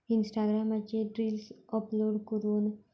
इन्स्टाग्रामाचेर reels upload करून